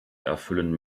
erfüllen